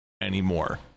anymore